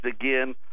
again